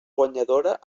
guanyadora